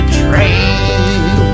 train